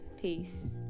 Peace